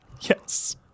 Yes